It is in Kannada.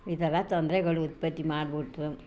ಇದೆಲ್ಲ ತೊಂದ್ರೆಗಳು ಉತ್ಪತ್ತಿ ಮಾಡಿಬಿಡ್ತು